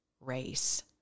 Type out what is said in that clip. race